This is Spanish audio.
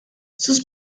sus